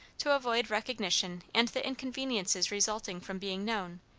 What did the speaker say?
to avoid recognition and the inconveniences resulting from being known,